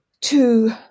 Two